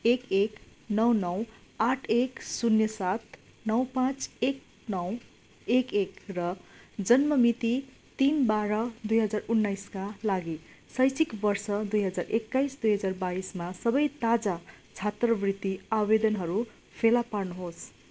एक एक नौ नौ आठ एक शून्य सात नौ पाँच एक नौ एक एक र जन्ममिति तिन बाह्र दुई हजार उन्नाइसका लागि शैक्षिक वर्ष दुई हजार एक्काइस दुई हजार बाइसमा सबै ताजा छात्रवृत्ति आवेदनहरू फेला पार्नुहोस्